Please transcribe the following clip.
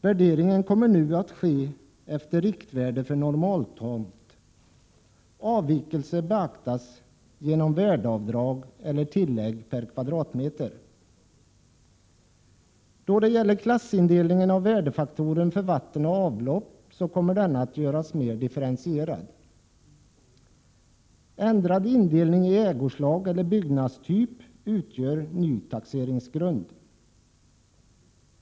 Värderingen kommer nu att ske efter riktvärde för normaltomt, avvikelser beaktas genom värdeavdrag eller tillägg per kvadratmeter. Då det gäller klassindelningen av värdefaktorn för vatten och avlopp så kommer den att göras mer differentierad. Ändrad indelning i ägoslag eller byggnadstyp utgör ny taxeringsgrund.